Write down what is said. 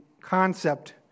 concept